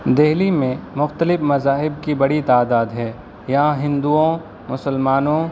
دہلی میں مختلف مذاہب کی بڑی تعداد ہے یہاں ہندؤوں مسلمانوں